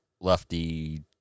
lefty